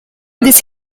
this